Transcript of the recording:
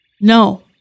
No